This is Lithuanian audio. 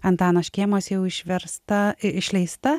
antano škėmos jau išversta išleista